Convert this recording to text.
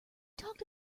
talked